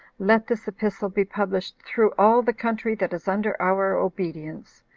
let this epistle be published through all the country that is under our obedience,